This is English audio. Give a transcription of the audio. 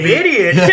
idiot